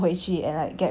ya that's all